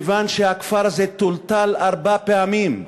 מכיוון שהכפר הזה טולטל ארבע פעמים.